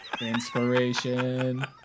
Inspiration